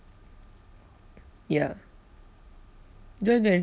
ya don't even